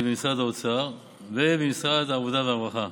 במשרד האוצר ובמשרד העבודה והרווחה.